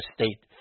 State